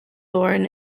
born